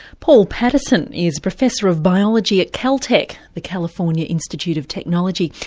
paul patterson is professor of biology at caltech, the california institute of technology,